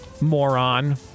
moron